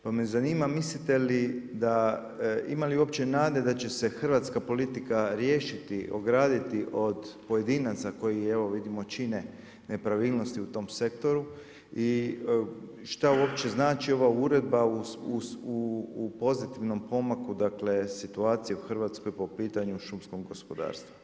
Pa me zanima mislite li da ima li uopće nada će se hrvatska politika riješiti, ograditi od pojedinaca koji čine nepravilnost u tom sektoru i šta uopće znači ova uredba u pozitivnom pomaku, dakle situacija u Hrvatskoj po pitanju šumskog gospodarstva?